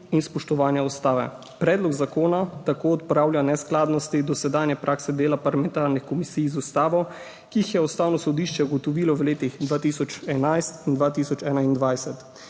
in spoštovanja ustave. Predlog zakona tako odpravlja neskladnosti dosedanje prakse dela parlamentarnih komisij z ustavo, ki jih je Ustavno sodišče ugotovilo v letih 2011 in 2021.